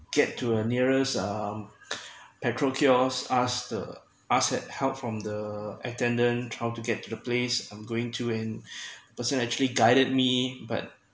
get to a nearest uh petrol kiosk asked the asked a help from the attendant how to get to the place I'm going to and the person actually guided me but